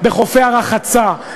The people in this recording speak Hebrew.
בחופי הרחצה,